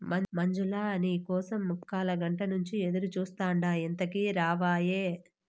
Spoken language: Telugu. మంజులా, నీ కోసం ముక్కాలగంట నుంచి ఎదురుచూస్తాండా ఎంతకీ రావాయే